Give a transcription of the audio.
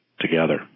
together